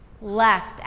Left